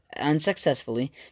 unsuccessfully